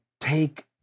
take